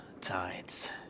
tides